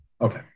Okay